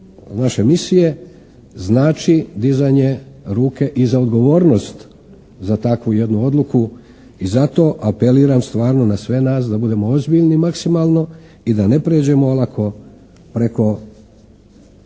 naše misije znači dizanje ruke i za odgovornost za takvu jednu odluku. I zato apeliram stvarno na sve nas da budemo ozbiljni maksimalno i da ne prijeđemo olako preko